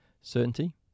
certainty